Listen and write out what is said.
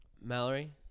Mallory